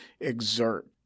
exert